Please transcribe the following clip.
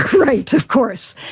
right, of course!